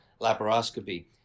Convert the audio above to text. laparoscopy